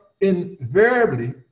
invariably